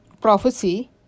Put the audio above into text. prophecy